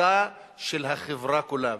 חובתה של החברה כולה.